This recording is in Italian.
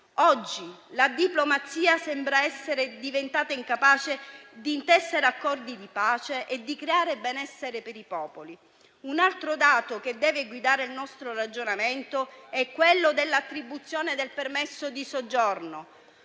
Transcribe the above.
Oggi la diplomazia sembra essere diventata incapace di intessere accordi di pace e di creare benessere per i popoli. Un altro dato che deve guidare il nostro ragionamento è l'attribuzione del permesso di soggiorno,